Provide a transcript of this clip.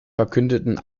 verkündeten